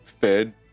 fed